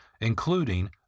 including